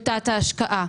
מקום של תת-השקעה.